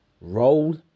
roll